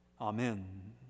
Amen